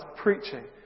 preaching